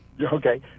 Okay